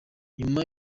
nyuma